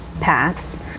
paths